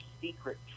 secret